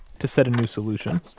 to set a new solution